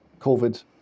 COVID